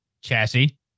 Chassis